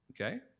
okay